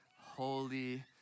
Holy